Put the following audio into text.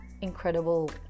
incredible